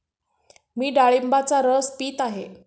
मी डाळिंबाचा रस पीत आहे